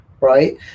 right